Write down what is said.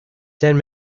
ten